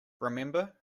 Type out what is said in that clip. remember